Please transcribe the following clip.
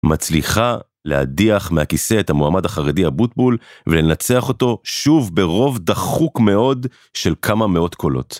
מצליחה להדיח מהכיסא את המועמד החרדי אבוטבול ולנצח אותו שוב ברוב דחוק מאוד של כמה מאות קולות.